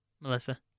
Melissa